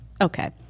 Okay